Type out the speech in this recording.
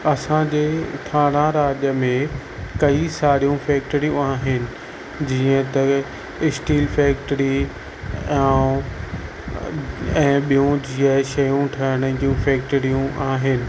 असांजे थाणा राज्य में कई सारियूं फैक्टरियूं आहिनि जीअं त इस्टील फैक्टरी ऐं ऐं ॿियूं जीअं शयूं ठहिण जूं फैक्टरियूं आहिनि